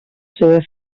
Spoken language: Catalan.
seva